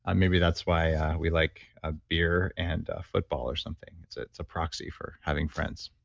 and maybe that's why we like a beer and football or something. it's it's a proxy for having friends.